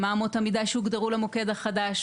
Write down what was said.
מה אמות המידה שהוגדרו למוקד החדש,